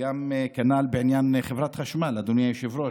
כנ"ל בעניין חברת החשמל, אדוני היושב-ראש.